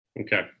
Okay